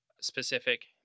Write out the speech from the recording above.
specific